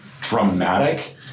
dramatic